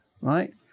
right